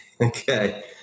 Okay